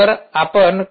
आपण क्यूओएस शून्य वापरु